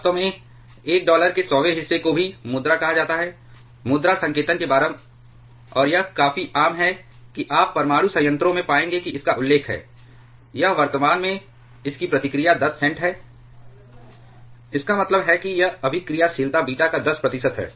वास्तव में एक डॉलर के सौवें हिस्से को भी मुद्रा कहा जाता है मुद्रा संकेतन के बराबर और यह काफी आम है कि आप परमाणु संयंत्रों में पाएंगे कि इसका उल्लेख है यह वर्तमान में इसकी प्रतिक्रिया 10 सेंट है इसका मतलब है कि यह अभिक्रियाशीलता बीटा का 10 प्रतिशत है